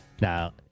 now